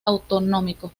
autonómico